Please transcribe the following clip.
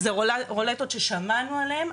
זה רולטות ששמענו עליהם,